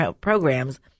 programs